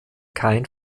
kein